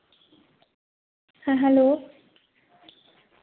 ᱦᱮᱸ ᱦᱮᱞᱳ